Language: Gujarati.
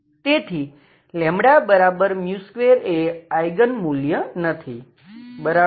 તેથી 2 એ આઈગન મૂલ્ય નથી બરાબર